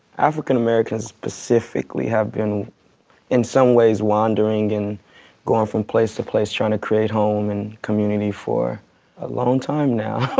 african-americans specifically, have been in some ways wandering and going from place to place, trying to create home and community for a long time now.